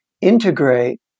integrate